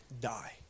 die